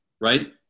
right